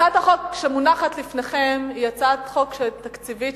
הצעת החוק שמונחת לפניכם היא הצעת חוק תקציבית,